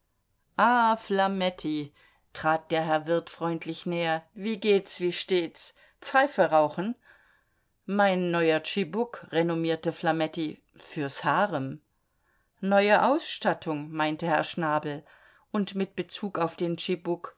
flametti trat der herr wirt freundlich näher wie geht's wie steht's pfeife rauchen mein neuer tschibuk renommierte flametti fürs harem neue ausstattung meinte herr schnabel und mit bezug auf den